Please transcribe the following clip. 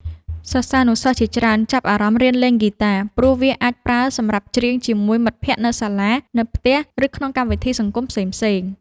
សិស្សានុសិស្សជាច្រើនចាប់អារម្មណ៍រៀនលេងហ្គីតា ព្រោះវាអាចប្រើសម្រាប់ច្រៀងជាមួយ មិត្តភក្តិ នៅសាលា នៅផ្ទះ ឬក្នុងកម្មវិធីសង្គមផ្សេងៗ។